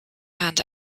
hand